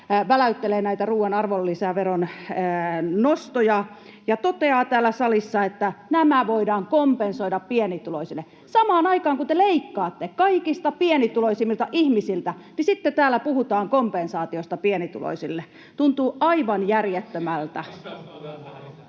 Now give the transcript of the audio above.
väläyttelee näitä ruuan arvonlisäveron nostoja ja toteaa täällä salissa, että nämä voidaan kompensoida pienituloisille. Samaan aikaan kun te leikkaatte kaikista pienituloisimmilta ihmisiltä, täällä puhutaan kompensaatiosta pienituloisille — tuntuu aivan järjettömältä.